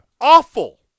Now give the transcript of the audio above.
awful